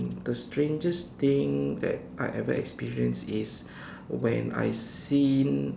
the strangest thing that I ever experience is when I've seen